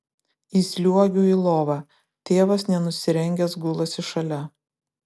įsliuogiu į lovą tėvas nenusirengęs gulasi šalia